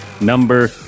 number